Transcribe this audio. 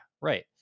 right